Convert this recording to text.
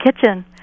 kitchen